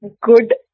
good